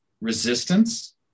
resistance